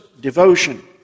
devotion